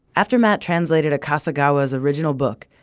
after matt translated akasegawa's original book,